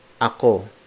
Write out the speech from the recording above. Ako